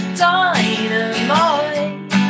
dynamite